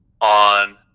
on